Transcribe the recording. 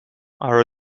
are